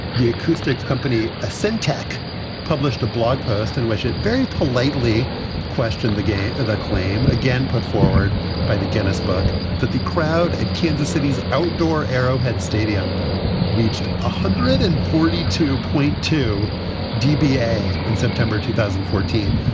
the acoustics company ah suntech published a blog post in which it very politely questioned the game of a claim again put forward by the guinness book that the crowd at kansas city's outdoor arrowhead stadium reached one ah hundred and forty two point two dpa in september two thousand and fourteen.